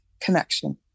Connection